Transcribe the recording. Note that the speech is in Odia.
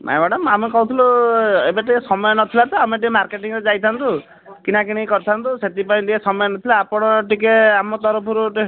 ନାଇଁ ମ୍ୟାଡ଼ାମ୍ ଆମେ କହୁଥିଲୁ ଏବେ ଟିକିଏ ସମୟ ନଥିଲା ତ ଆମେ ଟିକିଏ ମାର୍କେଟିଙ୍ଗରେ ଯାଇଥାଆନ୍ତୁ କିଣାକିଣି କରିଥାଆନ୍ତୁ ସେଥିପାଇଁ ଟିକିଏ ସମୟ ନଥିଲା ଆପଣ ଟିକିଏ ଆମ ତରଫରୁ